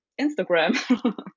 Instagram